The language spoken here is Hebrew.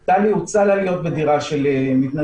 טלי, הוצע לה להיות בדירה של מתנדבות